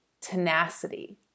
tenacity